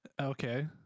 Okay